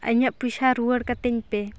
ᱤᱧᱟᱹᱜ ᱯᱚᱭᱥᱟ ᱨᱩᱣᱟᱹᱲ ᱠᱟᱛᱤᱧ ᱯᱮ